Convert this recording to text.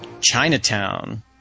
Chinatown